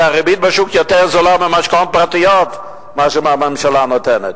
כי הריבית בשוק יותר זולה במשכנתאות פרטיות ממה שהממשלה נותנת,